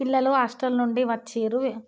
పిల్లలు హాస్టల్ నుండి వచ్చిర్రు